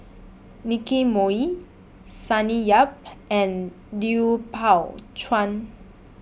Nicky Moey Sonny Yap and Lui Pao Chuen